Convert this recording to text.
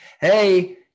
Hey